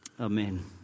Amen